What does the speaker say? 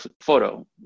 photo